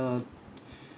err